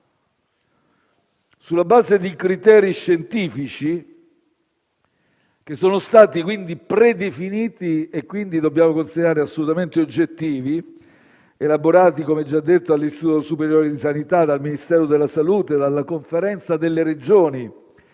Sulla base di criteri scientifici che sono stati quindi predefiniti e che dobbiamo considerare assolutamente oggettivi, elaborati - come ho già detto - dall'Istituto superiore di sanità, dal Ministero della salute, dalla Conferenza delle Regioni